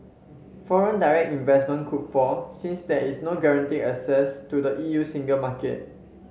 foreign direct investment could fall since there is no guaranteed access to the E U single market